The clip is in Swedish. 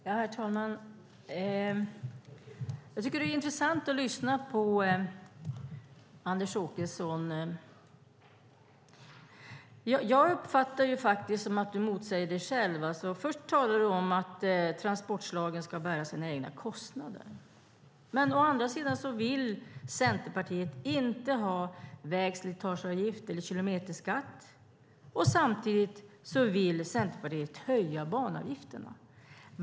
Herr talman! Jag tycker att det är intressant att lyssna på Anders Åkesson. Jag uppfattar det faktiskt som att du motsäger dig själv. Å ena sidan talar du om att transportslagen ska bära sina egna kostnader. Å andra sidan vill Centerpartiet inte ha vägslitageavgift eller kilometerskatt. Samtidigt vill Centerpartiet höja banavgifterna.